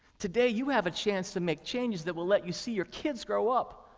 today you have a chance to make changes that will let you see your kids grow up.